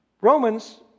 Romans